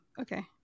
okay